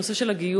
הנושא של הגיור,